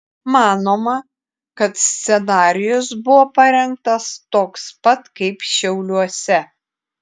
manoma kad scenarijus buvo parengtas toks pat kaip šiauliuose